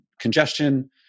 congestion